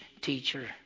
teacher